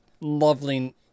lovely